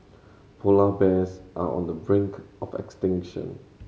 polar bears are on the brink of extinction